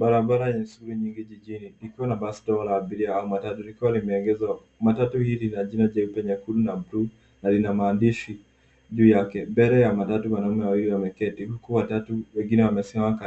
Barabara yenye shughuli nyingi jijini ikiwa na basi dogo la abiria au matatu likiwa limeegeshwa. Matatu hili lina nembo nyeupe na bluu na Lina maandishi juu yake. Mbele ya matatu wanaume wawili wameketi huku watatu wengine wamesimama